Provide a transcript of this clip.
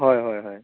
হয় হয় হয়